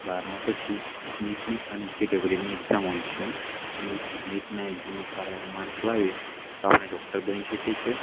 બારમા પછી નિટની અને જેડબલઈની એક્ઝામ હોય છે નિટ નિટના એક્ઝામમાં સારા એવા માર્કસ લાવે તો આપણે ડોક્ટર બની શકીએ છીએ